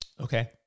Okay